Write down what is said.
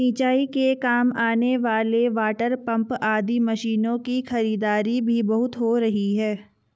सिंचाई के काम आने वाले वाटरपम्प आदि मशीनों की खरीदारी भी बहुत हो रही है